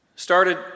started